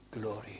glory